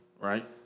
Right